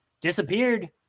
Disappeared